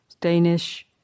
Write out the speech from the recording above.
Danish